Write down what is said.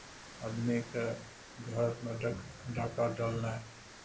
आदमीके घरमे डाक डाका डालनाइ